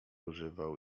używał